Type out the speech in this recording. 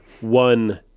one